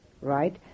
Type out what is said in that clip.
right